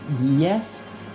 Yes